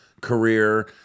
career